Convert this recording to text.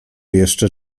jeszcze